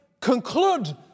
conclude